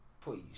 Please